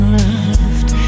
left